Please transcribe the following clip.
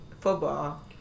football